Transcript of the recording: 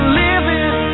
living